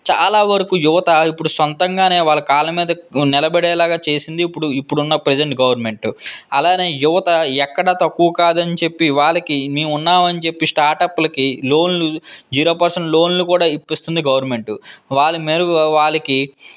చాలా వరకు యువత ఇప్పుడు సొంతంగానే వాళ్ల కాళ్ళ మీద నిలబడే లాగా చేసింది ఇప్పుడు ఇప్పుడున్న ప్రజెంట్ గవర్నమెంట్ అలానే యువత ఎక్కడ తక్కువ కాదని చెప్పి వాళ్ళకి మేమున్నామని చెప్పి స్టార్ట్అప్లకి లోన్లు జీరో పర్సెంట్ లోన్లు కూడా ఇప్పిస్తుంది గవర్నమెంట్ వాళ్ళు మెరుగు వాళ్ళకి